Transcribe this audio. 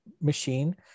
machine